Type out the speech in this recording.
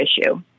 issue